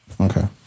Okay